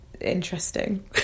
interesting